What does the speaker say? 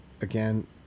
again